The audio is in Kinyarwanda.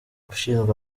ushinzwe